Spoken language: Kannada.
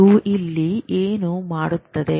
ನಾವು ಇಲ್ಲಿ ಏನು ಮಾಡುತ್ತೇವೆ